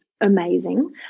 amazing